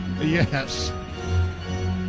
yes